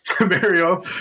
Mario